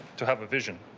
to have a vision.